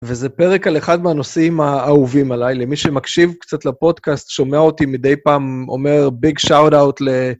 וזה פרק על אחד מהנושאים האהובים עליי. למי שמקשיב קצת לפודקאסט, שומע אותי מדי פעם, אומר ביג שאוט אאוט ל...